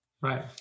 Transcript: Right